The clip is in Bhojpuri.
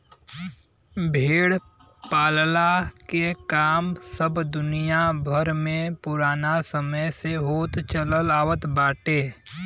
भेड़ पालला के काम सब दुनिया भर में पुराना समय से होत चलत आवत बाटे